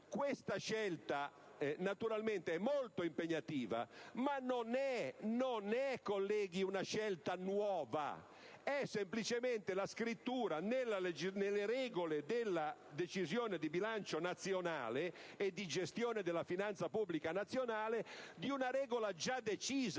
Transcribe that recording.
Questa scelta naturalmente è molto impegnativa ma non è nuova, colleghi: è semplicemente l'inserimento nelle regole della decisione di bilancio nazionale e di gestione della finanza pubblica nazionale di un'ulteriore regola già decisa.